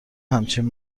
همچین